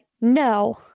no